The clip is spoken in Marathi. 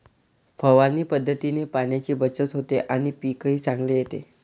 फवारणी पद्धतीने पाण्याची बचत होते आणि पीकही चांगले येते